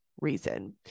reason